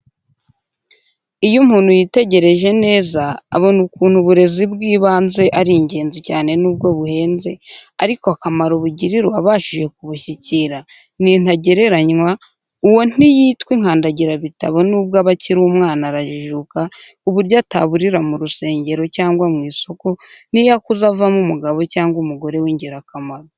Iyo umuntu yitegereje neza abona ukuntu uburezi bw' ibanze ari ingenzi cyane nubwo buhenze, ariko akamaro bugirira uwabashije kubushyikira ni ntagereranywa, uwo ntiyitwa inkandagirabitabo, nubwo aba akiri umwana arajijuka ku buryo ataburira mu rusengero cyangwa mu isoko, n'iyo akuze avamo umugabo cyangwa umugore. w'ingirakamaro.